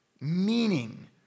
meaning